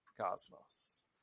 Cosmos